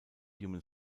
human